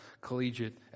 collegiate